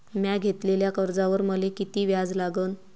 म्या घेतलेल्या कर्जावर मले किती व्याज लागन?